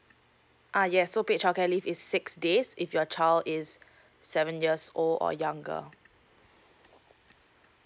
ah yes so paid childcare leave is six days if your child is seven years old or younger